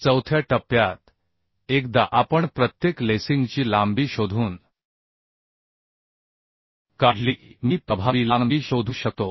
चौथ्या टप्प्यात एकदा आपण प्रत्येक लेसिंगची लांबी शोधून काढली की मी प्रभावी लांबी शोधू शकतो